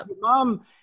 mom